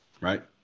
right